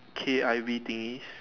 K_I_V thingy